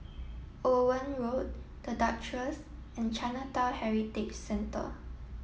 Owen Road The Duchess and Chinatown Heritage Centre